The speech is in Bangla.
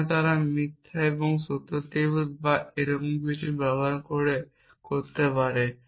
যেখানে তারা মিথ্যা এবং আমি সত্য টেবিল বা এরকম কিছু ব্যবহার করে করতে পারি